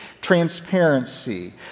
transparency